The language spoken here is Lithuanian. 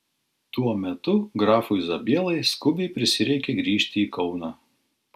tuo metu grafui zabielai skubiai prisireikė grįžti į kauną